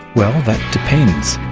well, that depends.